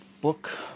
book